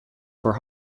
for